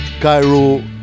Cairo